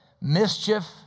mischief